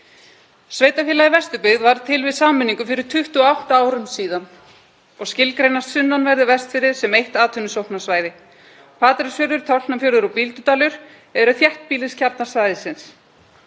Sveitarfélagið Vesturbyggð varð til við sameiningu fyrir 28 árum síðan og skilgreinast sunnanverðir Vestfirðir sem eitt atvinnusóknarsvæði. Patreksfjörður, Tálknafjörður og Bíldudalur eru þéttbýliskjarnar svæðisins.